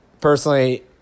personally